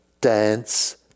dance